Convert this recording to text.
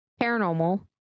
paranormal